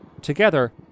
Together